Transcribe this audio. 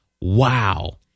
Wow